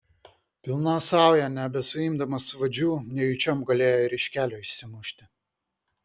pilna sauja nebesuimdamas vadžių nejučiom galėjo ir iš kelio išsimušti